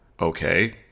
Okay